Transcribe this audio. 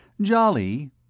Jolly